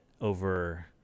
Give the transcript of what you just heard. over